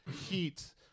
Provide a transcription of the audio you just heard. heat